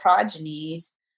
progenies